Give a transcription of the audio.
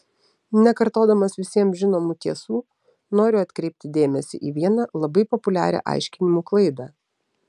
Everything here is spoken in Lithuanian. nekartodamas visiems žinomų tiesų noriu atkreipti dėmesį į vieną labai populiarią aiškinimų klaidą